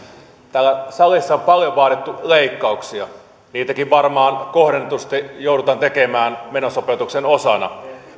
täällä salissa on paljon vaadittu leikkauksia niitäkin varmaan kohdennetusti joudutaan tekemään menosopeutuksen osana